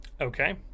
Okay